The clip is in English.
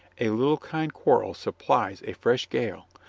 a little kind quarrel supplies a fresh gale!